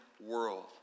world